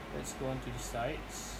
let's go on to the sides